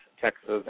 Texas